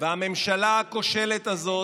והממשלה הכושלת הזאת